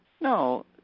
No